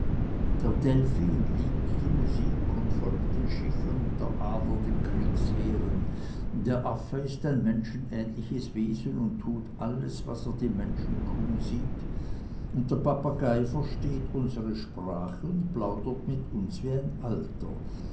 der delphin liebet die musik und folgt den schiffen und der adler den kriegsheeren der affe ist ein menschenähnliches wesen und tut alles was er die menschen tun sieht und der papagei versteht unsere sprache und plaudert mit uns wie ein alter